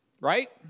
right